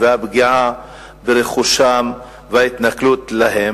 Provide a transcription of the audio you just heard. הפגיעה ברכושם וההתנכלות להם,